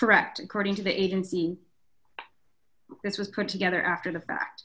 correct according to the agency this was cut together after the fact